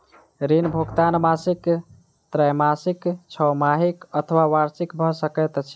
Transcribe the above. ऋण भुगतान मासिक त्रैमासिक, छौमासिक अथवा वार्षिक भ सकैत अछि